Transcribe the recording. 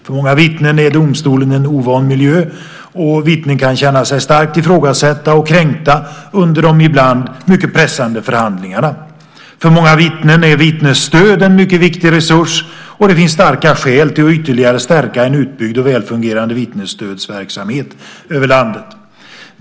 För många vittnen är domstolen en ovan miljö, och vittnen kan känna sig starkt ifrågasatta och kränkta under de ibland mycket pressande förhandlingarna. För många vittnen är vittnesstöd en mycket viktig resurs, och det finns starka skäl till att ytterligare stärka en utbyggd och välfungerande vittnesstödsverksamhet över landet.